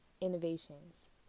innovations